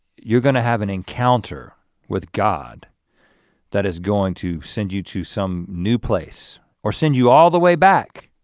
you're gonna have an encounter with god that is going to send you to some new place or send you all the way back,